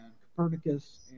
Copernicus